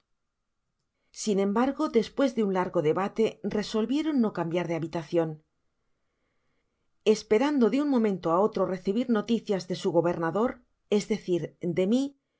sin embargo despues de un largo debate resolvieron oo cambiar de babilacion esperando de un momento á otro recibir noticias de su gobernador es decir de mi